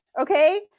okay